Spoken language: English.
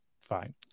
fine